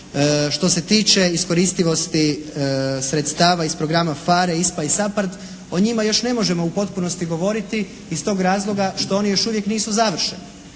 što se tiče iskoristivosti sredstava iz programa PHARE, ISPA I SAPARD o njima još ne možemo u potpunosti govoriti iz tog razloga što oni još uvijek nisu završeni.